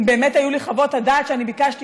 אם באמת היו לי חוות הדעת שאני ביקשתי